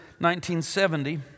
1970